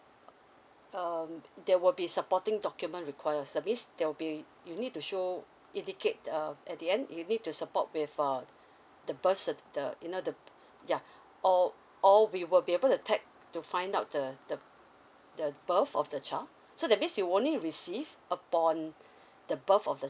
um there will be supporting document require that's means there will be you need to show indicate uh at the end you need to support with uh the birth the you know the ya or or we will be able to tag to find out the the the birth of the child so that means you only receive upon the birth of the